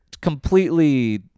completely